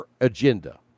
agenda